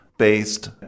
based